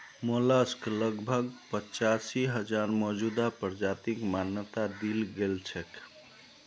mollusc लगभग पचासी हजार मौजूदा प्रजातिक मान्यता दील गेल छेक